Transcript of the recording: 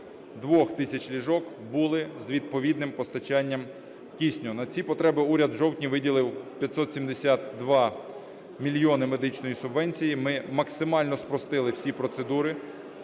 42 тисяч ліжок були з відповідним постачанням кисню. На ці потреби уряд у жовтні виділив 572 мільйони медичної субвенції. Ми максимально спростили всі процедури,